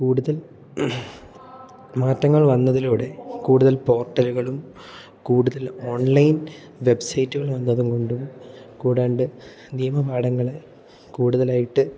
കൂടുതൽ മാറ്റങ്ങൾ വന്നതിലൂടെ കൂടുതൽ പോർട്ടലുകളും കൂടുതൽ ഓൺലൈൻ വെബ്സൈറ്റുകൾ വന്നതും കൊണ്ടും കൂടാണ്ട് നിയമ പാഠങ്ങളെ കൂടുതലായിട്ട്